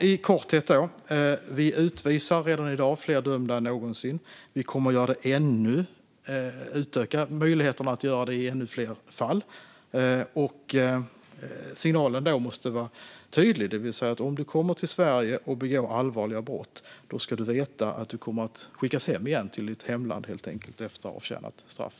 I korthet: Vi utvisar alltså redan i dag fler dömda än någonsin, och vi kommer att utöka möjligheterna att göra det i ännu fler fall. Signalen måste vara tydlig, det vill säga att om du kommer till Sverige och begår allvarliga brott ska du veta att du kommer att skickas hem igen till ditt hemland efter avtjänat straff.